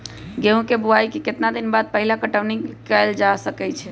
गेंहू के बोआई के केतना दिन बाद पहिला पटौनी कैल जा सकैछि?